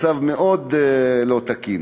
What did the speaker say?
זה מצב מאוד לא תקין.